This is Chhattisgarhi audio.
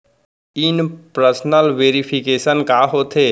इन पर्सन वेरिफिकेशन का होथे?